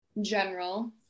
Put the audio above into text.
general